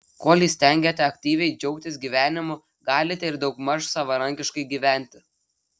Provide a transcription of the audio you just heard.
kol įstengiate aktyviai džiaugtis gyvenimu galite ir daugmaž savarankiškai gyventi